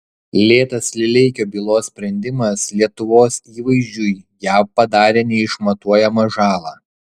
lėtas lileikio bylos sprendimas lietuvos įvaizdžiui jav padarė neišmatuojamą žalą